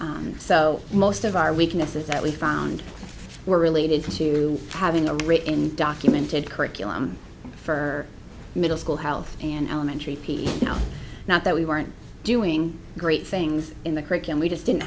safety so most of our weaknesses that we found were related to having a written documented curriculum for middle school health and elementary you know not that we weren't doing great things in the curriculum we just didn't